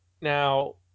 Now